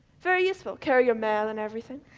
very useful, carry your mail and everything.